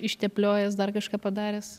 ištepliojęs dar kažką padaręs